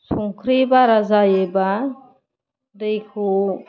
संख्रि बारा जायोब्ला दैखौ